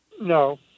no